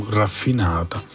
raffinata